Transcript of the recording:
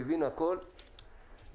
מבין הכול,